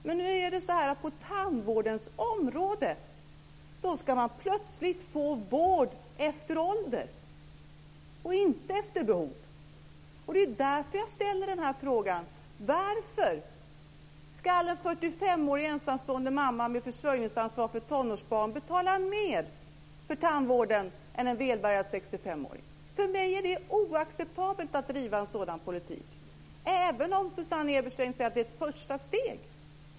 Men på tandvårdens område ska man plötsligt få vård efter ålder och inte efter behov. Det är därför jag ställer den här frågan: Varför ska en 45 årig ensamstående mamma med försörjningsansvar för tonårsbarn betala mer för tandvården än en välbärgad 65-åring? För mig är det oacceptabelt att driva en sådan politik även om Susanne Eberstein säger att det är ett första steg.